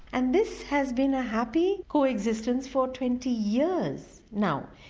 and this has been a happy co-existence for twenty years now.